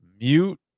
mute